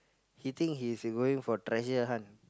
he think he is going for treasure hunt